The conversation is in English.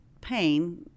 pain